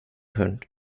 hund